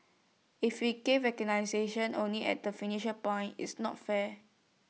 if we give recognition only at the finishing point it's not fair